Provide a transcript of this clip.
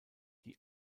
die